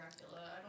Dracula